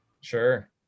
Sure